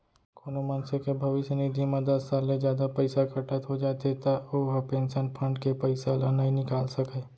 कोनो मनसे के भविस्य निधि म दस साल ले जादा पइसा कटत हो जाथे त ओ ह पेंसन फंड के पइसा ल नइ निकाल सकय